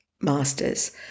masters